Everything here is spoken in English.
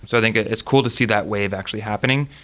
so think ah it's cool to see that wave actually happening.